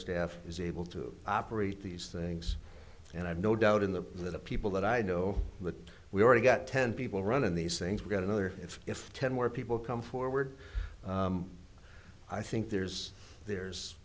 staff is able to operate these things and i've no doubt in the little people that i know that we've already got ten people running these things we've got another it's if ten more people come forward i think there's there's